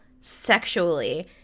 sexually